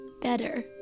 Better